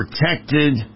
protected